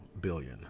billion